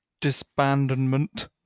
disbandment